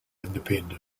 independence